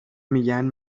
میگن